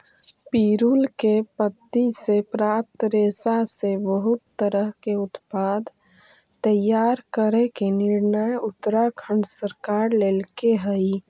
पिरुल के पत्ति से प्राप्त रेशा से बहुत तरह के उत्पाद तैयार करे के निर्णय उत्तराखण्ड सरकार लेल्के हई